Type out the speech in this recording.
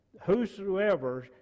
whosoever